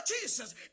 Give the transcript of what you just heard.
Jesus